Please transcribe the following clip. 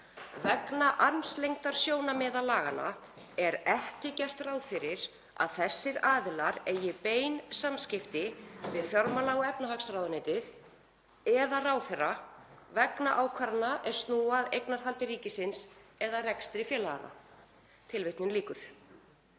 Vegna armslengdarsjónarmiða laganna er ekki gert ráð fyrir að þessir aðilar eigi bein samskipti við fjármála- og efnahagsráðuneytið eða ráðherra vegna ákvarðana er snúa að eignarhaldi ríkisins eða rekstri félaganna.“ Upplýsingar